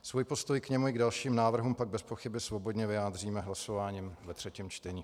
Svůj postoj k němu i k dalším návrhům pak bezpochyby svobodně vyjádříme hlasováním ve třetím čtení.